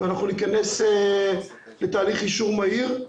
וניכנס לתהליך אישור מהיר.